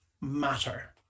matter